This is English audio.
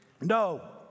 No